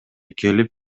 келип